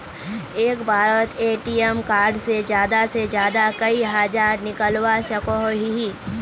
एक बारोत ATM card से ज्यादा से ज्यादा कई हजार निकलवा सकोहो ही?